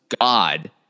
god